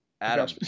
Adam